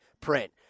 print